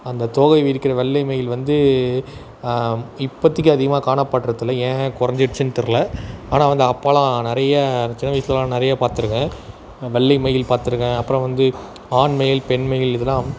அந்த தோகை விரிக்கிற வெள்ளை மயில் வந்து இப்போதிக்கு அதிகமாக காணப்படுறதில்ல ஏன் குறைஞ்சிடுச்சின்னு தெரில ஆனால் வந்து அப்பெல்லாம் நிறைய நான் சின்ன வயசுலெலாம் நிறைய பார்த்துருக்கேன் வெள்ளை மயில் பார்த்துருக்கேன் அப்புறம் வந்து ஆண் மயில் பெண் மயில் இதலாம்